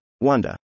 WANDA